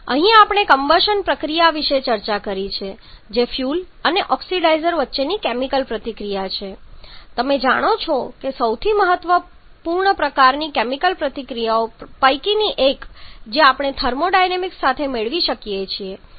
અહીં આપણે કમ્બશન પ્રક્રિયા વિશે ચર્ચા કરી છે જે ફ્યુઅલ અને ઓક્સિડાઇઝર વચ્ચેની કેમિકલ પ્રતિક્રિયા છે તમે જાણો છો કે સૌથી મહત્વપૂર્ણ પ્રકારની કેમિકલ પ્રતિક્રિયાઓ પૈકીની એક જે આપણે થર્મોડાયનેમિક્સ સાથે મેળવી શકીએ છીએ